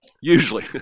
usually